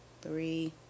three